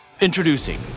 Introducing